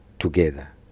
together